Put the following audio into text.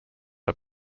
are